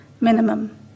minimum